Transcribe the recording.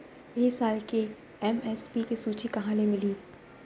ए साल के एम.एस.पी के सूची कहाँ ले मिलही?